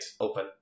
open